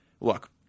look